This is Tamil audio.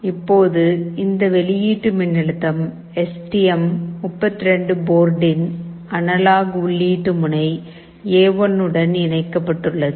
இப்போது இந்த வெளியீட்டு மின்னழுத்தம் எஸ் டி எம் 32 போர்டின் அனலாக் உள்ளீட்டு முனை எ1 உடன் இணைக்கப்பட்டுள்ளது